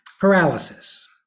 paralysis